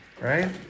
Right